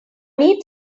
need